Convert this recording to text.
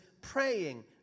praying